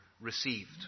received